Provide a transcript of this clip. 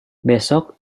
besok